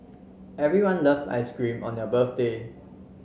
everyone love ice cream on their birthday